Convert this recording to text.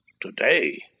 Today